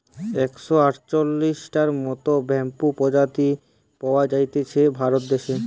একশ আটচল্লিশটার মত বাম্বুর প্রজাতি পাওয়া জাতিছে ভারত দেশে